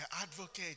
Advocate